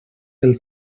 del